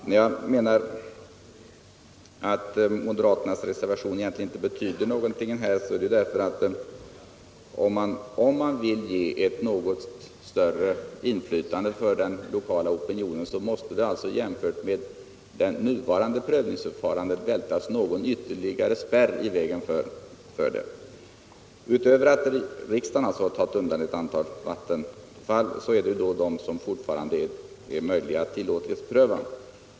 När jag menar att moderaternas reservation egentligen inte betyder något är det därför att om man vill ge ett något större inflytande för den lokala opinionen måste det alltså, jämfört med det nuvarande prövningsförfarandet, vältras ytterligare någon spärr i vägen innan tillstånd ges. Efter att riksdagen har tagit undan ett antal vattenfall som inte får utbyggas återstår vissa vattenfall som är möjliga att tillåtlighetspröva.